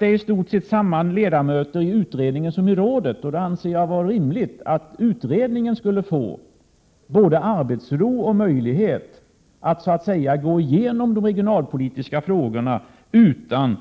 I stort sett samma ledamöter ingår nämligen i utredningen som i rådet, och därför anser jag det vara rimligt att utredningen får arbetsro och möjlighet att gå igenom de regionalpolitiska frågorna utan